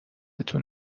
تون